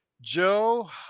Joe